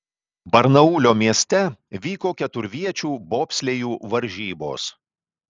barnaulo mieste vyko keturviečių bobslėjų varžybos